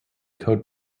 code